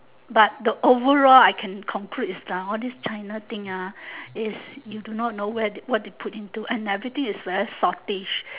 but the overall I can conclude is all this china thing ah is you do not know where what they put into and everything is very saltish